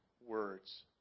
words